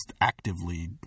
actively